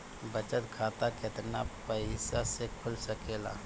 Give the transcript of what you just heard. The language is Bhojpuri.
बचत खाता केतना पइसा मे खुल सकेला?